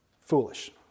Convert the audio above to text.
foolish